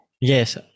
Yes